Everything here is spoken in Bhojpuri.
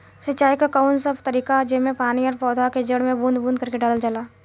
सिंचाई क कउन सा तरीका ह जेम्मे पानी और पौधा क जड़ में बूंद बूंद करके डालल जाला?